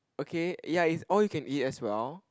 okay ya it's all you can eat as well